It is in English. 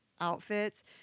outfits